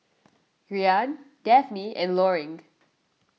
Rian Dafne and Loring